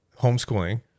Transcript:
Homeschooling